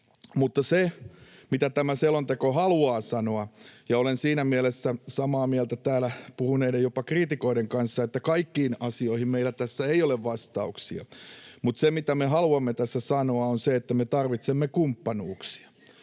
Mutta se, mitä tämä selonteko haluaa sanoa, ja olen siinä mielessä samaa mieltä täällä puhuneiden, jopa kriitikoiden kanssa, että kaikkiin asioihin meillä tässä ei ole vastauksia. Mutta se, mitä me haluamme tässä sanoa, on se, että me tarvitsemme kumppanuuksia.